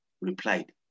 replied